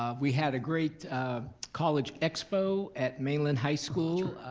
ah we had a great college expo at mainland high school.